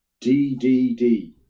DDD